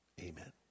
amen